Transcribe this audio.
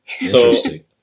Interesting